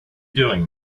doing